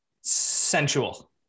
Sensual